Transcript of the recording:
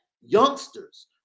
youngsters